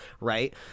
right